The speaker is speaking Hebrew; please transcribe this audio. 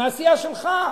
מהסיעה שלך.